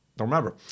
Remember